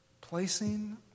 placing